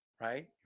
right